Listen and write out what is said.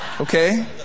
Okay